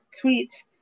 tweet